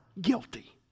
guilty